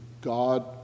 God